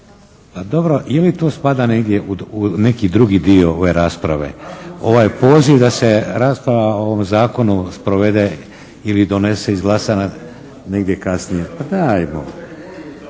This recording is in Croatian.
Dobro je li tu spada negdje u neki drugi dio ove rasprave ovaj poziv da se rasprava o ovom zakonu sprovede ili donese, izglasan negdje kasnije.